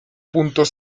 punto